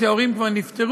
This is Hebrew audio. אם ההורים כבר נפטרו,